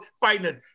fighting